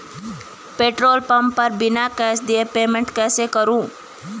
Petrol pump पर बिना cash दिए पेमेंट कैसे करूँ?